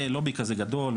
זה לובי כזה גדול,